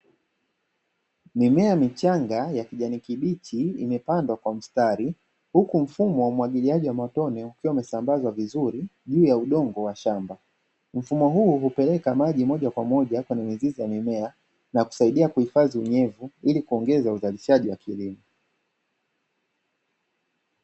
Mimea michanga ya kijani kibichi imepandwa kwa mstari, huku mfumo wa umwagiliaji wa matone ukiwa umesambazwa vizuri juu ya udongo wa shamba. Mfumo huu hupeleka maji moja kwa moja kwenye mizizi ya mimea na kusaidia kuhifadhi unyevu, ili kuongeza uzalishaji wa kilimo.